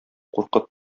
куркып